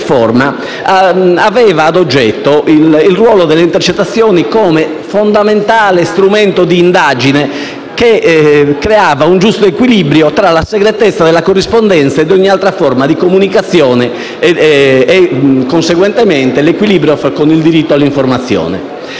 sa che aveva ad oggetto il ruolo delle intercettazioni come fondamentale strumento di indagine, che creava un giusto equilibrio tra la segretezza della corrispondenza e di ogni altra forma di comunicazione e, conseguentemente, l'equilibrio con il diritto all'informazione.